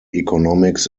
economics